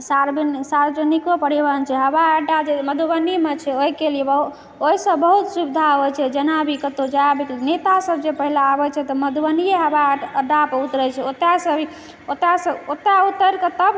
सार्वजनिको परिवहन छै हवाइअड्डा जे मधुबनीमे छै ओहिके लिए ओहिसँ बहुत सुविधा होइत छै जेना अभी कतौ जाएब नेता सब जे पहिने आबै छै तऽ मधुबनिये हवाईअड्डापर उतरै छै ओतयसँ ओतय उतरिकऽ तब